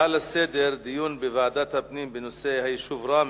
הצעה לסדר-היום: דיון בוועדת הפנים בנושא היישוב ראמה.